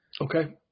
Okay